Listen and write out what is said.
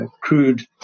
Crude